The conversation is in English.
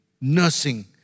nursing